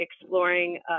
exploring